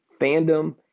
fandom